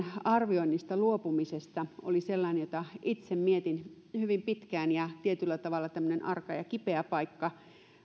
arvioinnista luopumisesta oli sellainen jota itse mietin hyvin pitkään tietyllä tavalla tämmöinen arka ja kipeä paikka